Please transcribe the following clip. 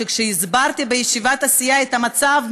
שכשהסברתי בישיבת הסיעה את המצב,